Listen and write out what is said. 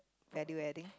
value adding